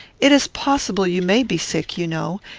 it is possible you may be sick, you know,